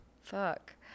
fuck